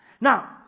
Now